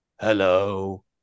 Hello